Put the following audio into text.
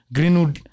Greenwood